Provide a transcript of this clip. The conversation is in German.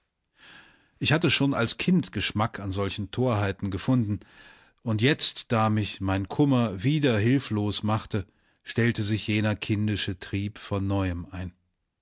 ich hatte schon als kind geschmack an solchen torheiten gefunden und jetzt da mich mein kummer wieder hilflos machte stellte sich jener kindliche trieb von neuem ein